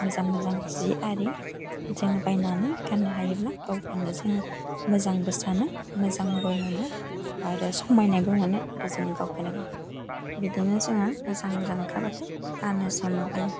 मोजां मोजां जि आरि जोङो बायनानै गान्नो हायोब्ला गावखौनो जोङो मोजांबो सानो मोजांबो मोनो आरो समायनायबो मोनो आरो जों गावखौनो गाव बिदिनो जोङो मोजां मोजां ओंखारबाथाय गानो जोमो बाइयो